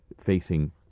facing